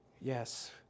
Yes